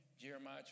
Jeremiah